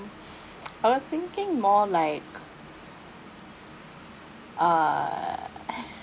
I was thinking more like err